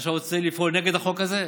עכשיו אתה רוצה לפעול נגד החוק הזה?